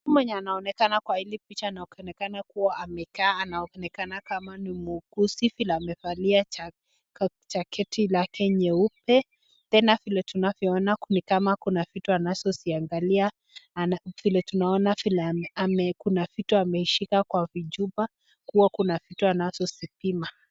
Mtu mwenye anaonekana kwa hili picha amekaa anaonekana kama amekaa anaonekana kama ni muuguzi vile amevalia jaketi lake nyeupe tena vile tunavyoona nikama kuna vitu anazo ziangalia vile tunaona kuna vitu ameshika kwa vichupa kua kuna vitu anazozipima.